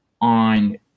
on